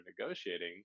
negotiating